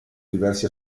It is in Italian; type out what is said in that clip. diversi